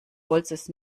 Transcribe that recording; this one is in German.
holzes